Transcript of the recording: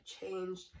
changed